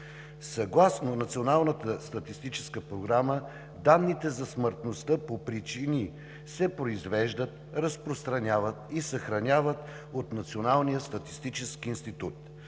Съгласно Националната статистическа програма данните за смъртността по причини се произвеждат, разпространяват и съхраняват от Националния статистически институт.